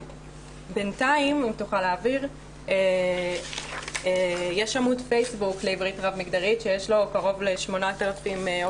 (מוקרן שקף תמונות שלטים בפונט שונה.) בינתיים,